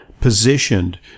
positioned